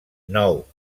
nou